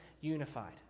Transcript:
unified